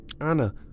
Anna